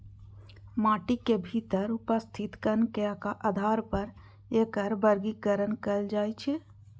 माटिक भीतर उपस्थित कण के आधार पर एकर वर्गीकरण कैल जाइ छै